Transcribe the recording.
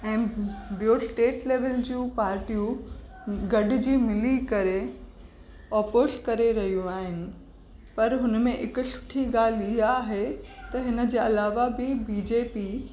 ऐं बियों state level जूं पाटियूं गॾजी मिली करे ओपोस करे रहियूं आहिनि पर हुनमें हिकु सुठी ॻाल्हि इहा आहे त हिनजे अलावा बि बीजेपी